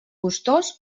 gustós